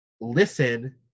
listen